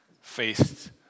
faced